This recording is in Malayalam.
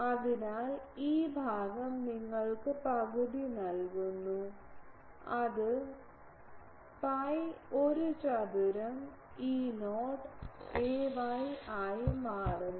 അതിനാൽ ഈ ഭാഗം നിങ്ങൾക്ക് പകുതി നൽകുന്നു അത് pi ഒരു ചതുര E0 ay ആയി മാറുന്നു